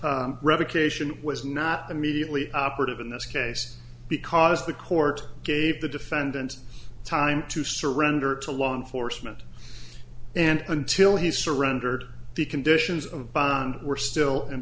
revocation was not immediately operative in this case because the court gave the defendant time to surrender to law enforcement and until he surrendered the conditions of bond were still in